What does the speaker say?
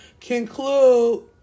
conclude